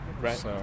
Right